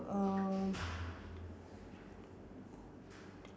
uh